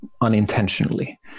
unintentionally